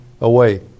away